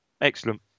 excellent